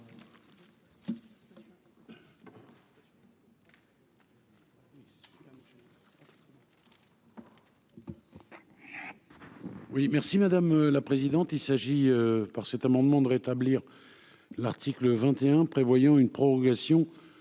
merci madame la présidente. Il s'agit par cet amendement de rétablir. L'article 21 prévoyant une prolongation